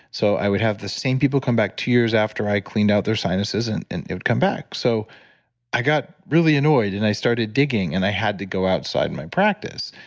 so i would have the same people come back two years after i cleaned out their sinuses and and it would come back. so i got really annoyed and i started digging and i had to go outside my practice.